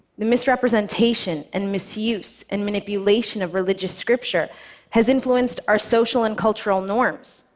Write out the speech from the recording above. the misrepresentation and misuse and manipulation of religious scripture has influenced our social and cultural norms,